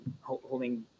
holding